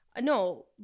No